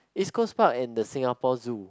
East-Coast-Park and the Singapore Zoo